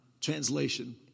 translation